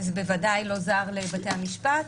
זה בוודאי לא זר לבתי המשפט.